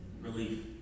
relief